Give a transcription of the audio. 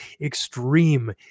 extreme